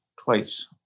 twice